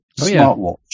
smartwatch